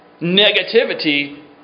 negativity